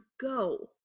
go